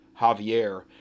Javier